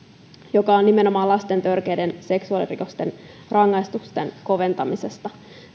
nimenomaan lapsiin kohdistuvien törkeiden seksuaalirikosten rangaistusten koventamisesta